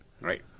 right